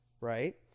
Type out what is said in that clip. Right